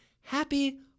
happy